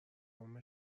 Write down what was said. نام